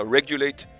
Regulate